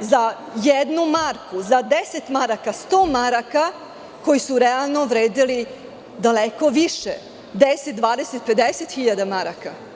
za jednu marku, za 10 maraka, za 100 maraka, a koji su realno vredeli daleko više, po 10, 20 ili 50 hiljada maraka.